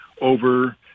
over